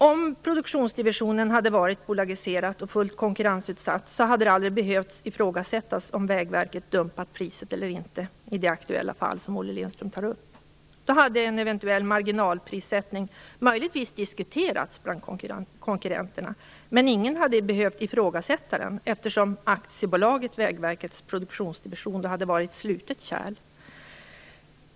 Om produktionsdivisionen hade varit bolagiserad och fullt konkurrensutsatt, hade det aldrig behövt ifrågasättas om Vägverket dumpat priset eller inte i det aktuella fall som Olle Lindström tar upp. Då hade en eventuell marginalprissättning möjligtvis diskuterats bland konkurrenterna. Men ingen hade behövt ifrågasätta den, eftersom Aktiebolaget Vägverkets produktionsdivision hade varit ett slutet kärl.